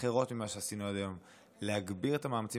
אחרות ממה שעשינו עד היום להגביר את המאמצים